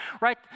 right